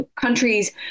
countries